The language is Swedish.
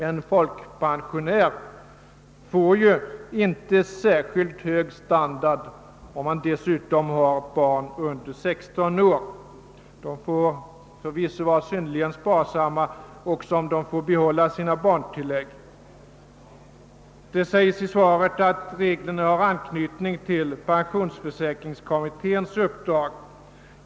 En folkpensionär får ju inte särskilt: hög standard, om han dessutom har barn under 16 år. Vederbörande får förvisso vara synnerligen sparsam också om han får behålla sina barntillägg. Det sägs i svaret att reglerna: har anknytning till de familjepensionsfrågor som utreds av pensionsförsäkringskommittén.